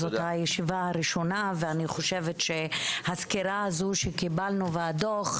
זאת הישיבה הראשונה ואני חושבת שהסקירה הזו שקיבלנו והדוח,